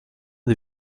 des